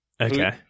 Okay